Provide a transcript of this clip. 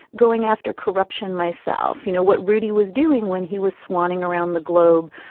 going after corruption myself you know what rudy was doing when he was swanning around the globe